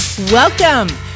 Welcome